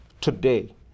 today